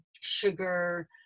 sugar